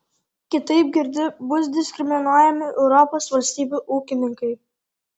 kitaip girdi bus diskriminuojami europos valstybių ūkininkai